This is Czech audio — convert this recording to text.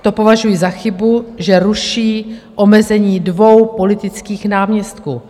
To považuji za chybu, že ruší omezení dvou politických náměstků.